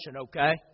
okay